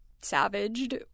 savaged